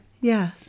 yes